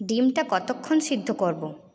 ডিমটা কতক্ষণ সিদ্ধ করব